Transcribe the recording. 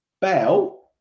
Bell